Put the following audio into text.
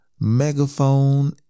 megaphone